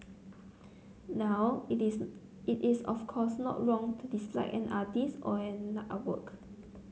now it is of course not wrong to dislike an artist or an artwork